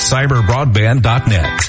CyberBroadband.net